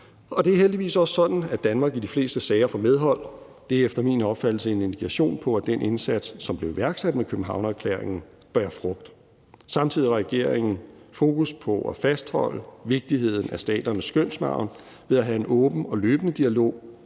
det er heldigvis også sådan, at Danmark i de fleste sager får medhold. Det er efter min opfattelse en indikation på, at den indsats, som blev iværksat med Københavnererklæringen, bærer frugt. Samtidig har regeringen fokus på at fastholde vigtigheden af staternes skønsmargen ved at have en åben og løbende dialog